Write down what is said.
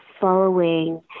following